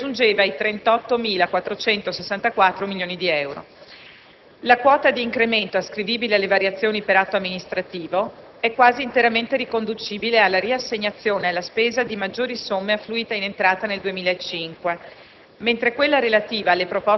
da finanziare, che raggiungeva i 38.464 milioni di euro. La quota di incremento ascrivibile alle variazioni per atto amministrativo è quasi interamente riconducibile alla riassegnazione alla spesa di maggiori somme affluite in entrata nel 2005,